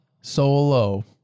Solo